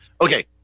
Okay